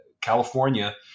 California